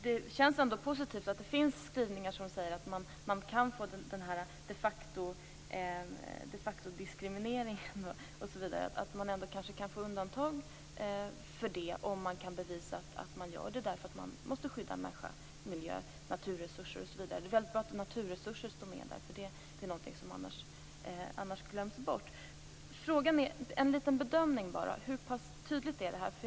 Det känns ändå positivt att det finns skrivningar som säger att man kan få undantag för de facto-diskriminering om man kan bevisa att syftet är att skydda människor, miljö, naturreserurser osv. Det är väldigt bra att naturresurser står med i skrivningarna, för det är någonting som annars glöms bort. Jag vill bara ha en bedömning av hur pass tydliga skrivningarna är.